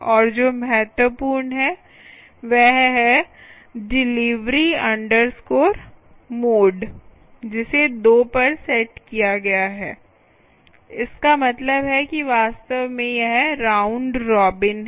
और जो महत्वपूर्ण है वह है डिलीवरी मोड delievery mode जिसे दो पर सेट किया गया है इसका मतलब है कि वास्तव में यह राउंड रॉबिन है